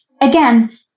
again